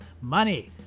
money